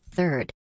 Third